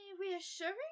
reassuring